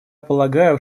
полагаю